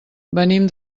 venim